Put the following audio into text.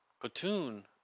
platoon